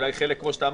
אולי חלק כמו שאמרת,